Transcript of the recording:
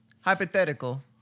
Hypothetical